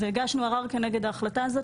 הגשנו ערר כנגד ההחלטה הזאת,